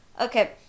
Okay